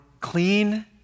clean